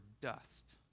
dust